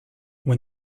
when